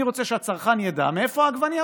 אני רוצה שהצרכן ידע מאיפה העגבנייה